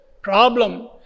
problem